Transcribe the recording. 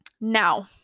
Now